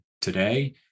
today